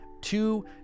two